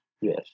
yes